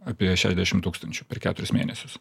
apie šešiasdešim tūkstančių per keturis mėnesius